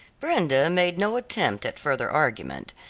brenda made no attempt at further argument,